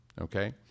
Okay